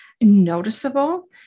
noticeable